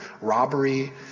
robbery